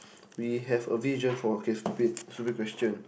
we have a vision for okay stupid stupid question